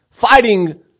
fighting